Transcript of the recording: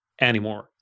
anymore